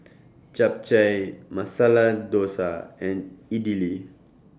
Japchae Masala Dosa and Idili